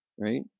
right